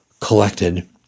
collected